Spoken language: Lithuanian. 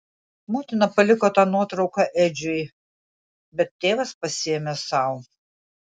motina paliko tą nuotrauką edžiui bet tėvas pasiėmė sau